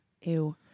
Ew